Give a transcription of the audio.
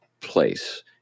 place